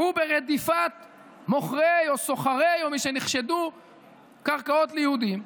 וברדיפת סוחרים או מוכרי קרקעות ליהודים,